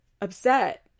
upset